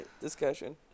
discussion